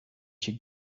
she